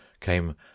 came